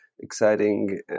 exciting